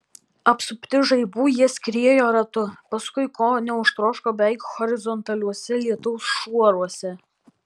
apsupti žaibų jie skriejo ratu paskui ko neužtroško beveik horizontaliuose lietaus šuoruose